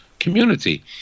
community